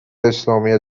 اسلامی